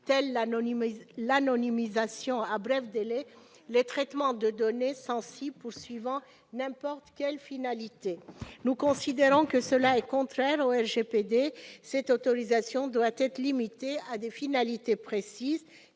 telle l'anonymisation à bref délai les traitements de données sensibles poursuivant n'importe quelle finalité. Nous considérons que cela est contraire au RGPD : cette autorisation doit être limitée à des finalités précises.